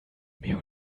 mehr